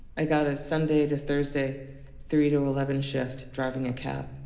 i got a sunday-to-thursday three to eleven shift, driving a cab.